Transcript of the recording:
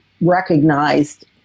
recognized